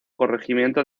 corregimiento